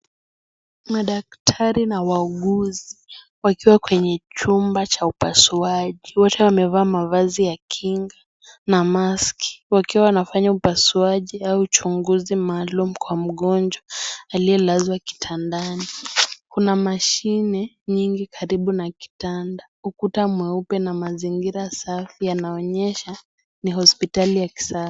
Madaktari na wauguzi wakiwa kwenye chumba cha upasuaji wote wamevaa mavazi ya kinga na maski wakiwa wanafanya upasuaji au uchunguzi maalumu kwa mgonjwa aliye lazwa kitandani, kuna mashine nyingi karibu na kitanda, ukuta mweupe na mazingira safi yanaonyesha ni hospitali ya kisasa.